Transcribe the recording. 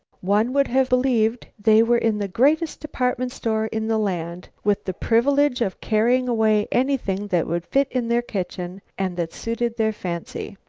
one would have believed they were in the greatest department store in the land, with the privilege of carrying away anything that would fit in their kitchen and that suited their fancy.